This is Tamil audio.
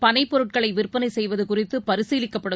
பனைப்பொருட்களைவிற்பனைசெய்வதுகுறித்துபரிசீலிக்கப்படும்